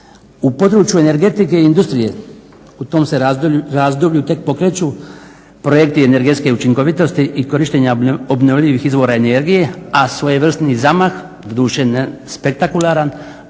U području energetike i industrije u tom se razdoblju tek pokreću projekti energetske učinkovitosti i korištenja obnovljivih izvora energije, a svojevrsni zamah, doduše ne spektakularan.